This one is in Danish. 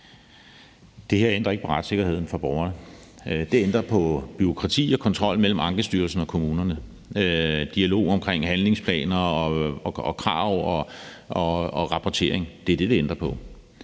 Det her ændrer ikke på retssikkerheden for borgerne. Det ændrer på bureaukratiet og kontrollen og dialogen mellem Ankestyrelsen og kommunerne, dialogen om handlingsplaner og krav og rapportering. Det er det, det ændrer på.